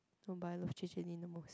nobody love J J Lin the most